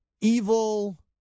evil